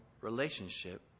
relationship